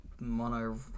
mono